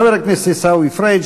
חבר הכנסת עיסאווי פריג',